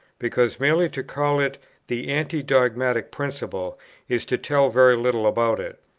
because merely to call it the anti-dogmatic principle is to tell very little about it.